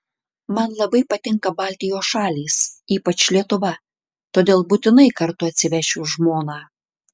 man labai patinka baltijos šalys ypač lietuva todėl būtinai kartu atsivešiu žmoną